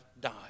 died